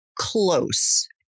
close